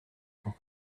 for